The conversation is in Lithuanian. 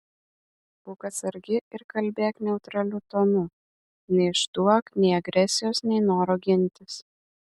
būk atsargi ir kalbėk neutraliu tonu neišduok nei agresijos nei noro gintis